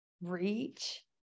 reach